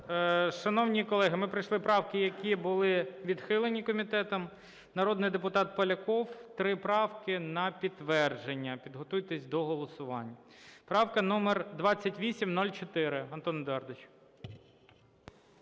Шановні колеги, ми пройшли правки, які були відхилені комітетом. Народний депутат Поляков, три правки на підтвердження. Підготуйтесь до голосування. Правка номер 2804. Антон Едуардович.